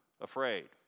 afraid